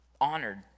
honored